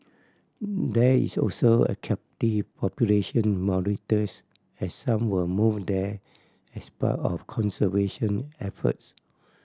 there is also a captive population in Mauritius as some were moved there as part of conservation efforts